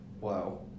Wow